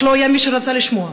רק לא היה מי שרצה לשמוע.